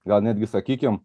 gal netgi sakykim